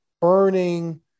burning